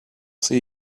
see